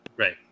Right